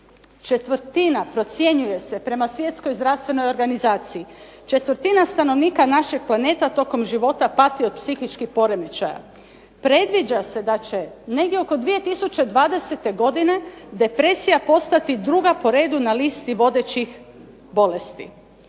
Četvrtina procjenjuje se prema Svjetskoj zdravstvenoj organizaciji, četvrtina stanovnika našeg planeta tokom života pati od psihičkih poremećaja. Predviđa se da će negdje oko 2020. godine depresija postati druga po redu na listi vodećih bolesti,